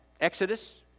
Exodus